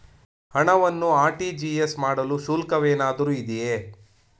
ಹಣವನ್ನು ಆರ್.ಟಿ.ಜಿ.ಎಸ್ ಮಾಡಲು ಶುಲ್ಕವೇನಾದರೂ ಇದೆಯೇ?